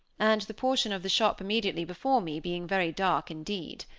and the portion of the shop immediately before me being very dark indeed.